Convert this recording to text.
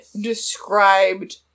described